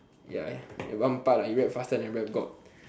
ya in one part lah he rap faster than rap god